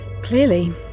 Clearly